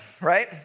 Right